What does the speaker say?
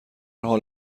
حال